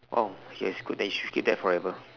[oh ]okay it's good that you should keep that forever